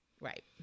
Right